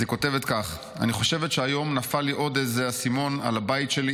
היא כותבת כך: "אני חושבת שהיום נפל לי עוד איזה אסימון על הבית שלי,